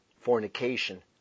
Fornication